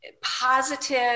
positive